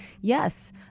yes